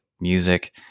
music